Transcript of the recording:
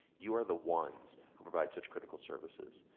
you are the ones who provide such critical services.